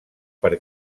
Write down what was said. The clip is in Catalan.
per